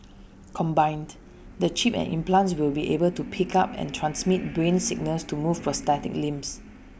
combined the chip and implants will be able to pick up and transmit brain signals to move prosthetic limbs